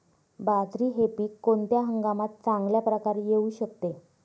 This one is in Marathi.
बाजरी हे पीक कोणत्या हंगामात चांगल्या प्रकारे येऊ शकते?